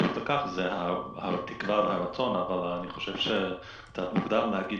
זאת תקווה ורצון אבל אני חושב שקצת מוקדם להגיד